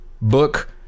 book